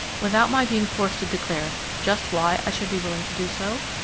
without my being forced to declare just why i should be willing to do so?